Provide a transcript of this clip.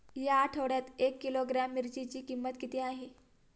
या आठवड्यात एक किलोग्रॅम मिरचीची किंमत किती आहे?